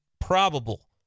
probable